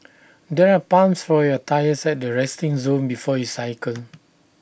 there are pumps for your tyres at the resting zone before you cycle